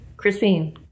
Christine